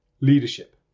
leadership